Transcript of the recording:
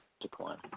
decline